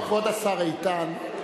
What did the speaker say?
כבוד השר איתן,